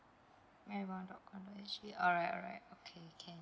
alright alright alright okay can